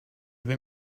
vais